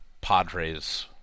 Padres